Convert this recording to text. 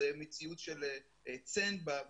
זו מציאות של --- בטוויטר.